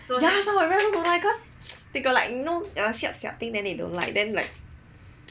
ya some I also don't like because they got like you know siap siap thing then they don't like